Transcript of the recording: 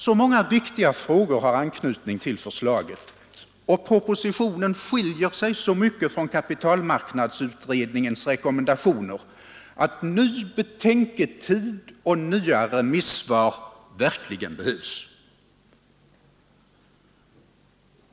Så många viktiga frågor har anknytning till förslaget, och propositionen skiljer sig så mycket från kapitalmarknadsutredningens rekommendationer att ny betänketid och nya remissvar verkligen behövs.